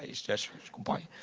yeah statue but